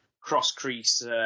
cross-crease